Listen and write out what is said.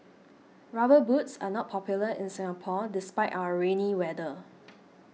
rubber boots are not popular in Singapore despite our rainy weather